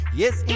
yes